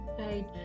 right